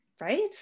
right